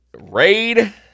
Raid